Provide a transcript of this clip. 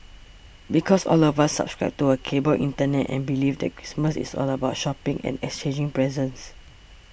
because all of us subscribe to a cable Internet and belief that Christmas is all about shopping and exchanging presents